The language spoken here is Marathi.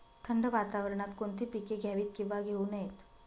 थंड वातावरणात कोणती पिके घ्यावीत? किंवा घेऊ नयेत?